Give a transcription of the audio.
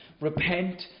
repent